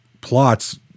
plots